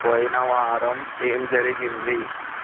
పోయిన వారం ఏం జరిగింది